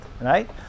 Right